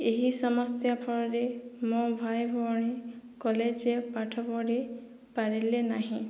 ଏହି ସମସ୍ୟା ଫଳରେ ମୋ ଭାଇ ଭଉଣୀ କଲେଜରେ ପାଠପଢ଼ି ପାରିଲେ ନାହିଁ